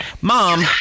Mom